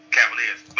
Cavaliers